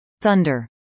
Thunder